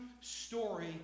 story